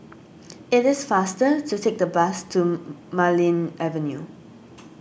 it is faster to take the bus to Marlene Avenue